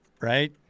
right